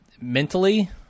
mentally